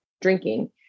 drinking